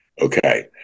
Okay